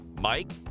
mike